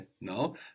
no